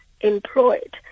employed